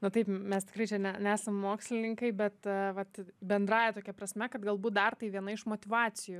na taip m mes tikrai čia n nesam mokslininkai bet vat bendrąja tokia prasme kad galbūt dar tai viena iš motyvacijų